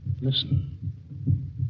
Listen